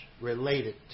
related